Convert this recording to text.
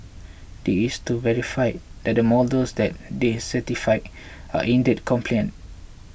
this to verify that the models that they certified are indeed compliant